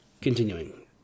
Continuing